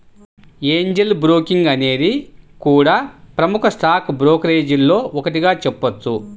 Angel broking అనేది కూడా ప్రముఖ స్టాక్ బ్రోకరేజీల్లో ఒకటిగా చెప్పొచ్చు